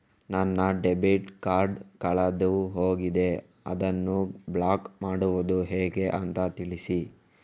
ನನ್ನ debit card ಕಳೆದು ಹೋಗಿದೆ, ಅದನ್ನು ಬ್ಲಾಕ್ ಮಾಡುವುದು ಹೇಗೆ ಅಂತ ತಿಳಿಸಿ?